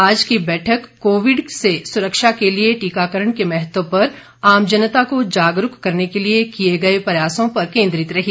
आज की बैठक कोविड से सुरक्षा के लिए टीकाकरण के महत्व पर आम जनता को जागरूक करने के लिए किए गए प्रयासों पर केंद्रित रही